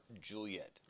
Juliet